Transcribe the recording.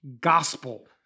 gospel